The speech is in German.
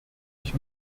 ich